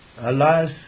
Alas